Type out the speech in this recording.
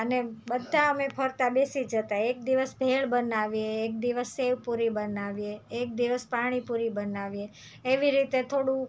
અને બધા અમે ફરતા બેસી જતા એક દિવસ ભેળ બનાવીએ એક દિવસ સેવપુરી બનાવીએ એક દિવસ પાણીપુરી બનાવીએ એવી રીતે થોડું